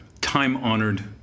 time-honored